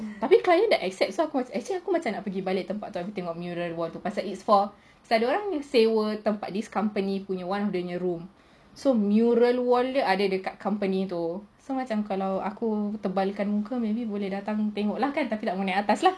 tapi client dah accept so macam aku nak pergi balik tempat tu abeh tengok mural wall tu pasal it's for pasal dorang sewa tempat this company punya one of the room so mural wall dia ada dekat company itu so macam kalau aku tebalkan muka maybe boleh datang tengok tapi jangan pergi atas lah